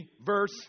verse